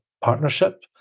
partnership